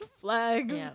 flags